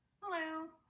Hello